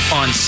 on